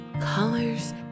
colors